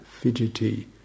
fidgety